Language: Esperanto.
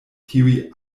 tiuj